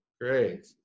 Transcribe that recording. Great